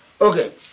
Okay